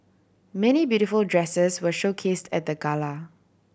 many beautiful dresses were showcased at the gala